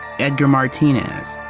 edgar martinez.